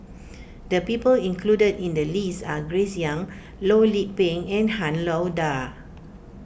the people included in the list are Grace Young Loh Lik Peng and Han Lao Da